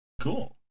Cool